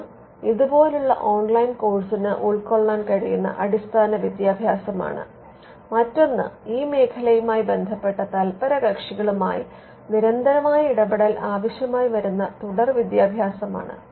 ഒന്ന് ഇതുപോലുള്ള ഓൺലൈൻ കോഴ്സിന് ഉൾക്കൊള്ളാൻ കഴിയുന്ന അടിസ്ഥാന വിദ്യാഭ്യാസമാണ് മറ്റൊന്ന് ഈ മേഖലയുമായി ബന്ധപ്പെട്ട തല്പരകക്ഷികളുമായി നിരന്തരമായ ഇടപെടൽ ആവശ്യമായി വരുന്ന തുടർവിദ്യാഭ്യാസമാണ്